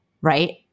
Right